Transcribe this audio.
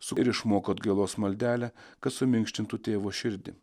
su ir išmoko atgailos maldelę kad suminkštintų tėvo širdį